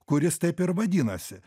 kuris taip ir vadinasi